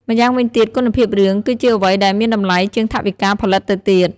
ម្យ៉ាងវិញទៀត គុណភាពរឿង គឺជាអ្វីដែលមានតម្លៃជាងថវិកាផលិតទៅទៀត។